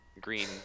Green